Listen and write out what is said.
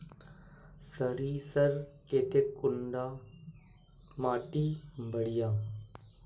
सरीसर केते कुंडा माटी बढ़िया?